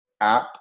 app